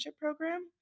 program